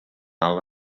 ala